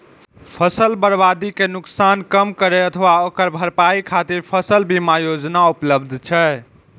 फसल बर्बादी के नुकसान कम करै अथवा ओकर भरपाई खातिर फसल बीमा योजना उपलब्ध छै